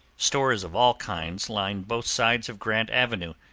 stores of all kinds line both sides of grant avenue,